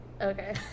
Okay